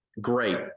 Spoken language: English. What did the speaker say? great